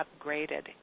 upgraded